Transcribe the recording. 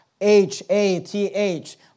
H-A-T-H